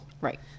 Right